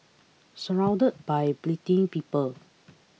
surrounded by bleating people